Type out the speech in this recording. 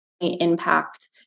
impact